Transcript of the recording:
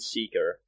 Seeker